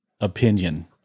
opinion